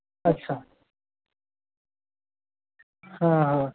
अच्छा हँ हँ